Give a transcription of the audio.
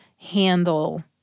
handle